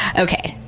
okay,